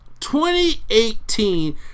2018